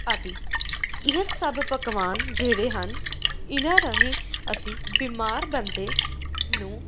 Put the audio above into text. ਆਦਿ ਇਹ ਸਭ ਪਕਵਾਨ ਜਿਹੜੇ ਹਨ ਇਹਨਾਂ ਰਾਹੀਂ ਅਸੀਂ ਬਿਮਾਰ ਬੰਦੇ ਨੂੰ